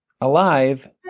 Alive